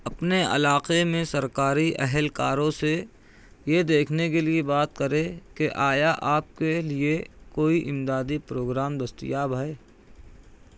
اپنے علاقے میں سرکاری اہلکاروں سے یہ دیکھنے کے لیے بات کرے کہ آیا آپ کے لیے کوئی امدادی پروگرام دستیاب ہے